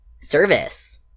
service